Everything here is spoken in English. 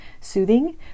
soothing